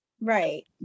right